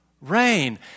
rain